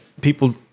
people